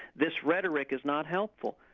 this rhetoric is not helpful.